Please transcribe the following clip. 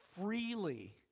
freely